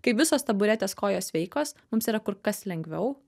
kaip visos taburetės kojos sveikos mums yra kur kas lengviau